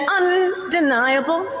undeniable